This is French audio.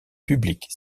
publique